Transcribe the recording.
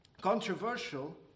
controversial